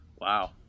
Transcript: Wow